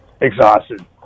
exhausted